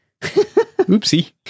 Oopsie